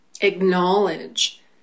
acknowledge